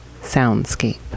soundscape